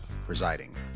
presiding